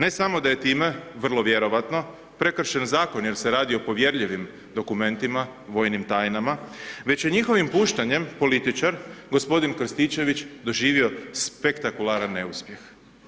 Ne samo da je time, vrlo vjerojatno, prekršen, zakon, jer se radi o povjerljivim dokumentima, vojnim tajnama, već je njihovim puštanjem, političar, g. Krstičević, doživio spektakularan neuspjeh.